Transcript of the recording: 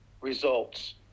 results